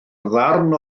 ddarn